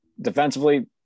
defensively